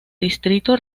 distrito